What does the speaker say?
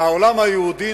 בילסקי.